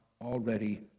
already